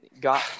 got